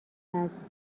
است